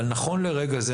אבל נכון לרגע זה,